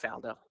Faldo